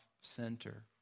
center